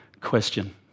question